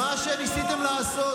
מה שניסיתם לעשות,